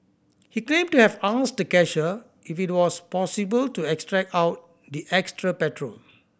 he claimed to have asked the cashier if it was possible to extract out the extra petrol